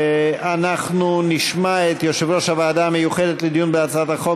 ואנחנו נשמע את יושב-ראש הוועדה המיוחדת לדיון בהצעת החוק